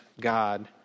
God